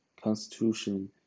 Constitution